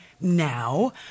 now